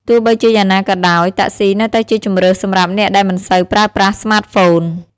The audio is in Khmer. ទោះបីជាយ៉ាងណាក៏ដោយ តាក់ស៊ីនៅតែជាជម្រើសសម្រាប់អ្នកដែលមិនសូវប្រើប្រាស់ស្មាតហ្វូន។